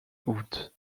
août